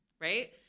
Right